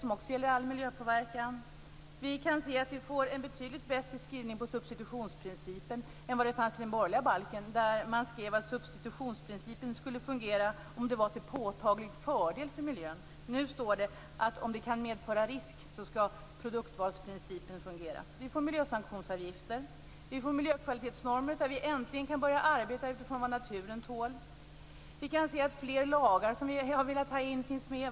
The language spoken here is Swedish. Även där gäller det all miljöpåverkan. Vi får också vad gäller substitutionsprincipen en betydligt bättre skrivning jämfört med hur det var i det borgerliga balkförslaget. Man skrev då att substitutionsprincipen skulle fungera om det var till påtaglig fördel för miljön. Nu står det att om det kan medföra risk skall produktvalsprincipen fungera. Vidare får vi miljösanktionsavgifter och miljökvalitetsnormer. Äntligen kan vi börja arbeta utifrån vad naturen tål. Fler lagar som vi har velat ha med finns nu med.